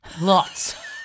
Lots